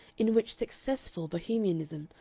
in which successful bohemianism,